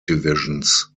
divisions